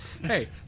Hey